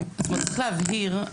צריך להבהיר,